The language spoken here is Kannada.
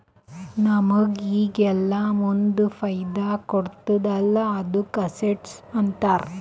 ನಮುಗ್ ಈಗ ಇಲ್ಲಾ ಮುಂದ್ ಫೈದಾ ಕೊಡ್ತುದ್ ಅಲ್ಲಾ ಅದ್ದುಕ ಅಸೆಟ್ಸ್ ಅಂತಾರ್